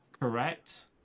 correct